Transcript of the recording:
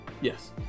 yes